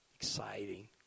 exciting